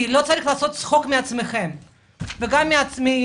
לא צריך לעשות מעצמכם צחוק וגם מאתנו.